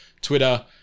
Twitter